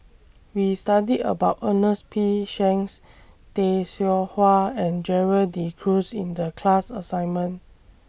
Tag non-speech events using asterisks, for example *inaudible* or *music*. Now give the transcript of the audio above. We studied about Ernest P Shanks Tay Seow Huah and Gerald De Cruz in The class *noise* assignment